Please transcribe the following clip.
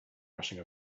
rushing